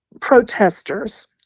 protesters